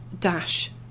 Dash